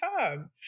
time